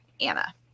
Anna